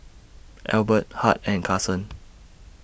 Ethelbert Hart and Carson